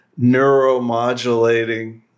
neuromodulating